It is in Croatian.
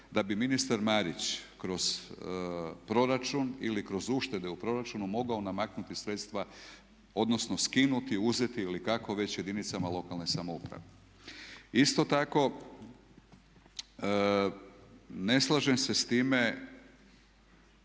da bi ministar Marić kroz proračun ili kroz uštede u proračun mogao namaknuti sredstva odnosno skinuti, uzeti ili kako već jedinicama lokalne samouprave. Isto tako, ne slažem se s time